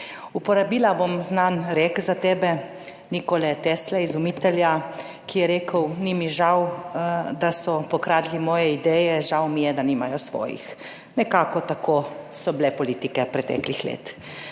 Uporabila bom znan rek za tebe, Nikole Tesle, izumitelja, ki je rekel: ni mi žal, da so pokradli moje ideje, žal mi je, da nimajo svojih. Nekako tako so bile politike preteklih let.